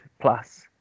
plus